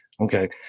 Okay